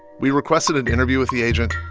we requested an interview with the agent,